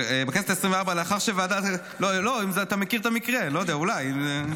אם אתה מכיר את המקרה, אני לא יודע, אולי.